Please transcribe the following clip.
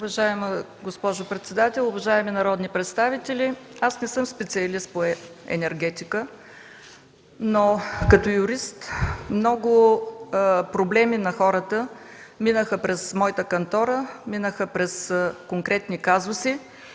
Уважаема госпожо председател, уважаеми народни представители! Аз не съм специалист по енергетика, но като юрист много проблеми на хората минаха през моята кантора, минаха през конкретни казуси.